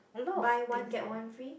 buy one get one free